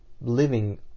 living